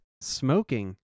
smoking